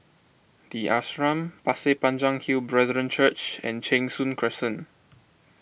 the Ashram Pasir Panjang Hill Brethren Church and Cheng Soon Crescent